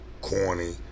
Corny